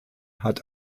hat